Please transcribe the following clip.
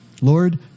lord